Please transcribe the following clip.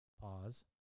Pause